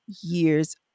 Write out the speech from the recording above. years